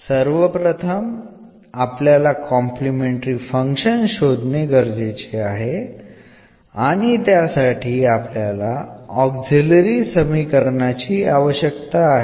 ആദ്യം നമുക്ക് complementary function കണ്ടെത്തേണ്ടതുണ്ട് അതിനായി നമുക്ക് ഇവിടെ ഓക്സിലറി സമവാക്യം ആവശ്യമാണ്